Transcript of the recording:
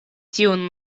tiun